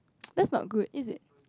that's not good is it